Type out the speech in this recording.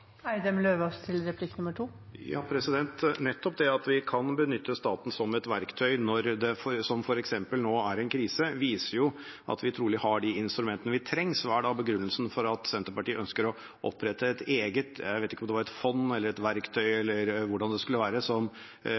verktøy når det – som f.eks. nå – er en krise, viser at vi trolig har de instrumentene som trengs. Hva er da begrunnelsen for at Senterpartiet ønsker å opprette et eget fond eller et verktøy – jeg vet ikke helt hvordan det skulle være – som utelukkende skal ha som mål å kjøpe seg opp som statlig eier? Det